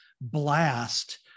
blast